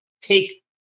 take